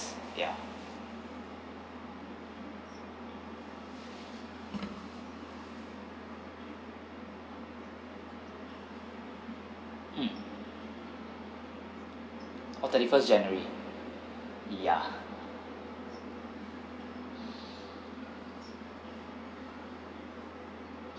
ya mm oh thirty first january yeah